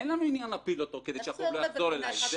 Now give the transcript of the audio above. אין לנו עניין להפיל אותו כדי שהחוב לא יחזור אליי.